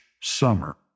summer